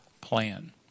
plan